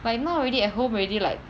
like now already at home already like